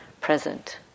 present